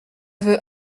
veux